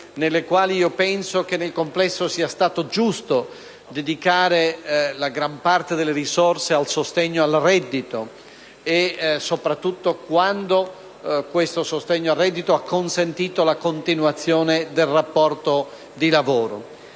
e penso che nel complesso sia stato giusto dedicare la gran parte delle risorse al sostegno al reddito soprattutto quando questo sostegno al reddito ha consentito la continuazione del rapporto di lavoro.